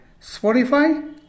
Spotify